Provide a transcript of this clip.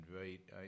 right